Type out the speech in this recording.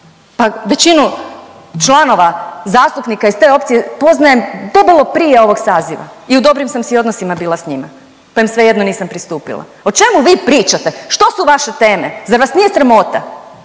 pa većinu članova zastupnika iz te opcije poznajem debelo prije ovog saziva i u dobrim sam si odnosima bila s njima, pa im svejedno nisam pristupila. O čemu vi pričate, što su vaše teme, zar vas nije sramota?